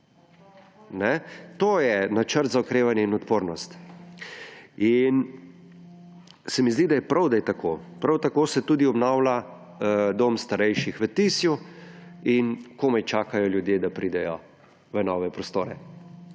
To je Načrt za okrevanje in odpornost. Se mi zdi, da je prav, da je tako. Prav tako se tudi obnavlja dom starejših v Tisju in komaj čakajo ljudje, da pridejo v nove prostore.